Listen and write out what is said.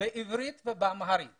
בעברית ובאמהרית